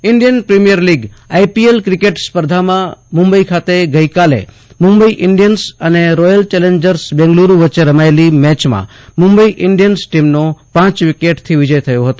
Indian Premier League cricket સ્પર્ધામાં મુંબઇ ખાતે ગઇકાલે મુંબઇ ઈન્ડીયન્સ અને રોચલ ચેલેન્જર્સ બેંગલુરૂ વચ્ચે રમાયેલી મેચમાં મુંબઇ ઇન્ડીચન્સ ટીમનો પાંચ વિકેટથી વિજય થયો હતો